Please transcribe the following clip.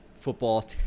football